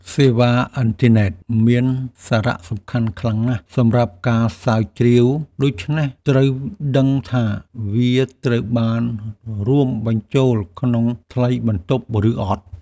សេវាអ៊ីនធឺណិតមានសារៈសំខាន់ខ្លាំងណាស់សម្រាប់ការស្រាវជ្រាវ ដូច្នេះត្រូវដឹងថាវាត្រូវបានរួមបញ្ចូលក្នុងថ្លៃបន្ទប់ឬអត់។